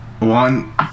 one